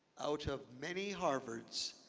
out of many harvards,